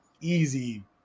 easy